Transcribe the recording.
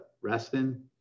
resting